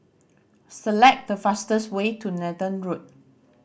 select the fastest way to Nathan Road